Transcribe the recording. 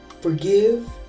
Forgive